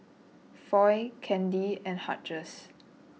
Foy Candi and Hughes